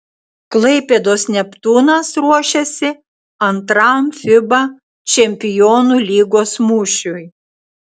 klaipėdos neptūnas ruošiasi antram fiba čempionų lygos mūšiui